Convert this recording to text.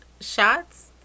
shots